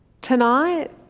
Tonight